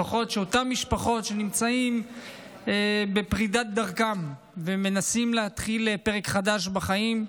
לפחות שאותן משפחות שנמצאות בפרידה בדרכן ומנסות להתחיל פרק חדש בחיים,